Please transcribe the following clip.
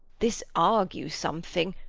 this argues something,